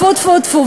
טפו-טפו-טפו,